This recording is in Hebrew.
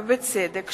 ובצדק,